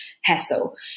hassle